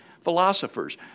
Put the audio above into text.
philosophers